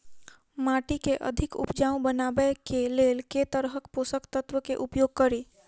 माटि केँ अधिक उपजाउ बनाबय केँ लेल केँ तरहक पोसक खाद केँ उपयोग करि?